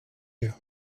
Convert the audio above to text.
you